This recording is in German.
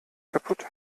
kaputt